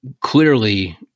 clearly